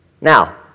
Now